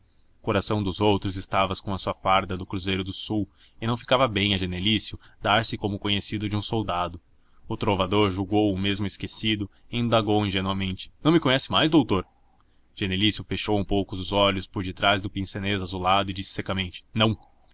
coração dos outros estava com a sua farda do cruzeiro do sul e não ficava bem a genelício darse como conhecido de soldado o trovador julgou o mesmo esquecido e indagou ingenuamente não me conhece mais doutor genelício fechou um pouco os olhos por detrás do pince-nez azulado e disse secamente não